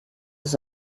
ist